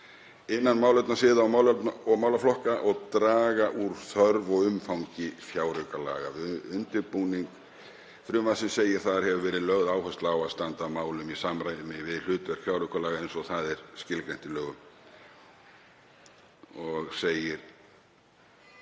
innan málefnasviða og málaflokka og draga úr þörf og umfangi fjáraukalaga. Við undirbúning frumvarpsins hefur verið lögð áhersla á að standa að málum í samræmi við hlutverk fjáraukalaga eins og það er skilgreint í lögum. Efni